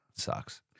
sucks